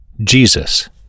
Jesus